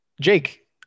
Jake